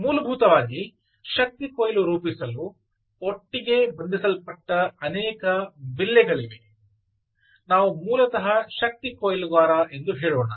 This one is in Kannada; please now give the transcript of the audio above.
ಮೂಲಭೂತವಾಗಿ ಶಕ್ತಿ ಕೊಯ್ಲು ರೂಪಿಸಲು ಒಟ್ಟಿಗೆ ಬಂಧಿಸಲ್ಪಟ್ಟಿರುವ ಅನೇಕ ಬಿಲ್ಲೆಗಳಿವೆ ನಾವು ಮೂಲತಃ ಶಕ್ತಿ ಕೊಯ್ಲುಗಾರ ಎಂದು ಹೇಳೋಣ